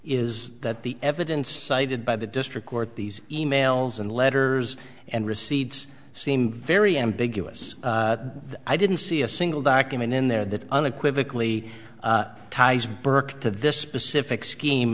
is that the evidence cited by the district court these e mails and letters and receipts seem very ambiguous i didn't see a single document in there that unequivocally ties burke to this specific scheme